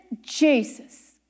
Jesus